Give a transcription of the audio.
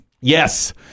Yes